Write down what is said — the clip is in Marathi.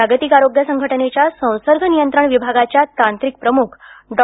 जागतिक आरोग्य संघटनेच्या संसर्ग नियंत्रण विभागाच्या तांत्रिक प्रमुख डॉ